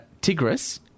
Tigris